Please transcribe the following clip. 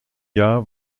jahr